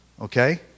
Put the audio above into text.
Okay